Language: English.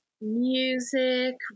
music